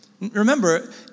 Remember